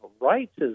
rights